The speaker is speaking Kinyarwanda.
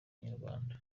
inyarwanda